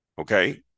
okay